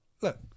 look